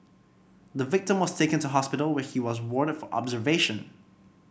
the victim was taken to hospital where he was warded for observation